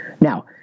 Now